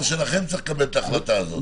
שלכם צריך לקבל את ההחלטה הזו.